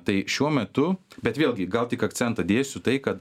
tai šiuo metu bet vėlgi gal tik akcentą dėsiu tai kad